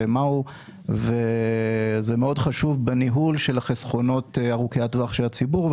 זה מאוד חשוב בניהול חסכונות ארוכי טווח של הציבור,